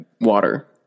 water